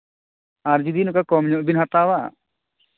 ᱟᱨ ᱡᱩᱫᱤ ᱱᱚᱝᱠᱟ ᱠᱚᱢ ᱧᱚᱜ ᱵᱮᱱ ᱦᱟᱛᱟᱣᱟ